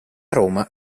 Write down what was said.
roma